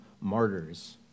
Martyrs